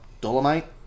Dolomite